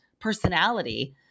personality